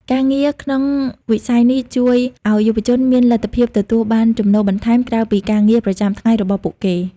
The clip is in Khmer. ការងារក្នុងវិស័យនេះជួយឱ្យយុវជនមានលទ្ធភាពទទួលបានចំណូលបន្ថែម ក្រៅពីការងារប្រចាំថ្ងៃរបស់ពួកគេ។